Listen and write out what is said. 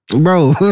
Bro